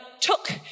took